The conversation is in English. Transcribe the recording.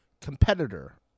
competitor